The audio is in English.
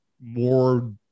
more